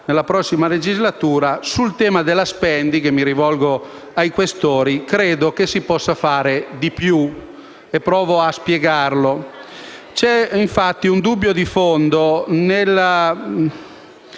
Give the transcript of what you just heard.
nella prossima legislatura, sul tema della *spending review* - mi rivolgo ai Questori - credo che si possa fare di più. Provo a spiegarlo. C'è un dubbio di fondo